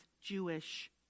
Jewish